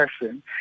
person